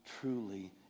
truly